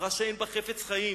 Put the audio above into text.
חברה שאין בה חפץ חיים,